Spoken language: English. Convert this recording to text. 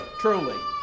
truly